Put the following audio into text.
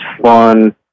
fun